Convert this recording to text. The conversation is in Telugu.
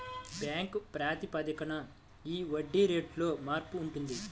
బ్యాంక్ ప్రాతిపదికన ఈ వడ్డీ రేటులో మార్పు ఉంటుంది